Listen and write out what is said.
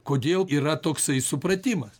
kodėl yra toksai supratimas